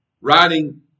writing